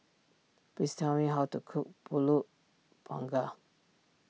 please tell me how to cook Pulut Panggang